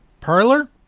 parlor